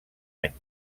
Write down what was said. anys